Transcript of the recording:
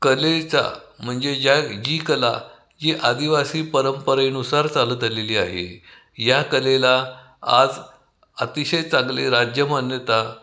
कलेचा म्हणजे ज्या जी कला जी आदिवासी परंपरेनुसार चालत आलेली आहे या कलेला आज अतिशय चांगले राजमान्यता